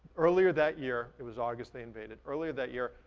earlier that year, it was august they invaded, earlier that year,